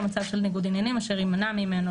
במצב של ניגוד עניינים אשר יימנע ממנו